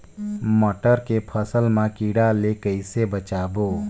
मटर के फसल मा कीड़ा ले कइसे बचाबो?